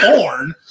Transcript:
born